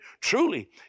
Truly